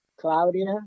Claudia